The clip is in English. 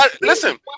listen